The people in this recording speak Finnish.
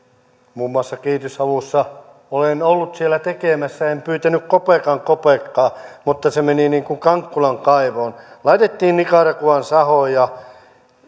muun muassa kehitysavussa olen ollut siellä tekemässä ja en pyytänyt kopeekan kopeekkaa mutta se meni niin kuin kankkulan kaivoon laitettiin nicaraguaan sahoja